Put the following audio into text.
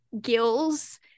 gills